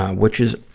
which is,